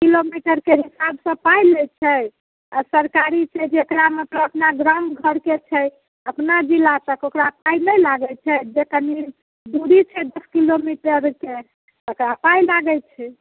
किलोमीटरके हिसाबसँ पाइ लय छै आ सरकारी छै जेकरा मतलब अपना गाम घरके छै अपना जिलाके ओकरा पाइ नहि लागैत छै जे कनि दूरी छै दश किलोमीटरके तेकरा पाइ लागैत छै